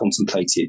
contemplated